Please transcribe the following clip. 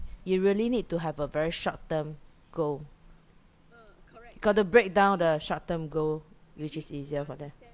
you really need to have a very short term goal got to break down the short term goal which is easier for them